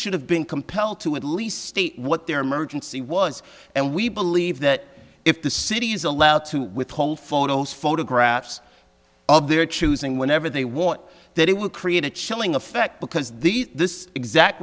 should have been compelled to at least state what their emergency was and we believe that if the city is allowed to withhold photos photographs of their choosing whenever they want that it would create a chilling effect because these this exact